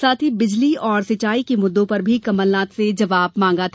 साथ ही बिजली और सिंचाई के मुद्दों पर भी कमलनाथ से जबाव मांगा था